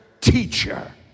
teacher